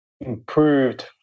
improved